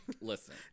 listen